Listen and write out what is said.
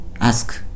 Ask